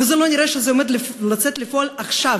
ולא נראה שזה עומד לצאת לפועל עכשיו.